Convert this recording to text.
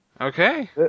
Okay